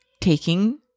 taking